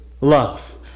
love